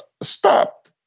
Stop